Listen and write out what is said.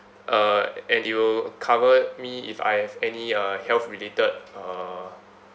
uh and it will cover me if I have any uh health related uh